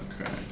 Okay